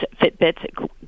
Fitbits